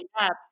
up